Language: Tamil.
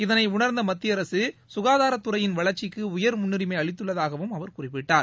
இதனை உணர்ந்த மத்திய அரசு சுகாதாரத்துறையின் வளர்ச்சிக்கு உயர் முன்னுரிமை அளித்துள்ளதாகவும் அவர் குறிப்பிட்டார்